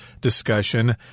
discussion